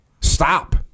Stop